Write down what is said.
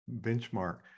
benchmark